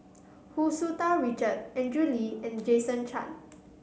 Hu Tsu Tau Richard Andrew Lee and Jason Chan